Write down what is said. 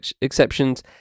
exceptions